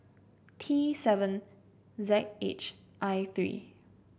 T seven Z H I three